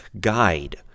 guide